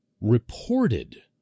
reported